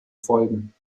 folgen